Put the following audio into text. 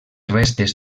restes